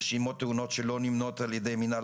רשימת תאונות עבודה שלא נמנות על ידי מינהל